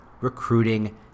recruiting